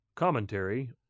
Commentary